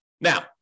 Now